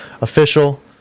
Official